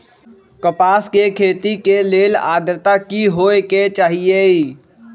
कपास के खेती के लेल अद्रता की होए के चहिऐई?